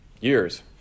years